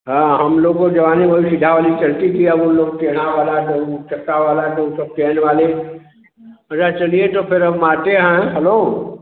हाँ हम लोग को जवानी में वही सीधा वाली चलती थी अब उन लोग टेढ़ा वाला जो चक्का वाला जो वह सब चैन वाले अच्छा चलिए तो फिर हम आते हैं हलो